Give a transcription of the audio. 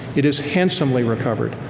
it is handsomely recovered,